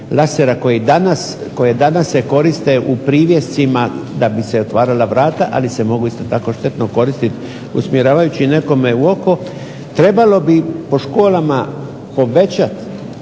koji danas koriste u privjescima da bi se otvarala vrata, ali se isto tako mogu štetno koristiti usmjeravajući nekome u oko, trebalo bi po školama povećati